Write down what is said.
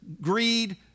greed